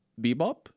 Bebop